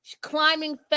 climbing